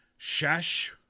Shash